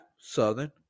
Southern